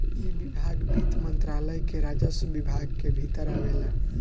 इ विभाग वित्त मंत्रालय के राजस्व विभाग के भीतर आवेला